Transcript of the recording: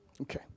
Okay